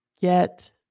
get